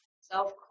self